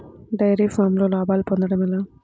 Dairy ఫామ్లో లాభాలు పొందడం ఎలా?